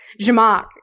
Jamak